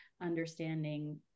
understanding